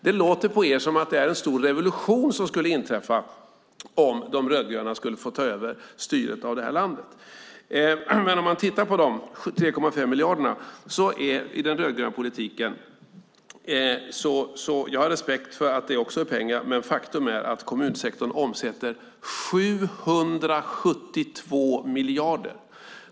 Det låter på er som att en stor revolution skulle inträffa om De rödgröna fick ta över styret av det här landet, men låt oss titta på de här 3,5 miljarderna som kommer med den rödgröna politiken. Jag har respekt för att det också är pengar, men faktum är att kommunsektorn omsätter 772 miljarder.